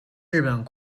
日本